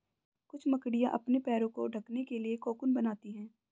कुछ मकड़ियाँ अपने पैरों को ढकने के लिए कोकून बनाती हैं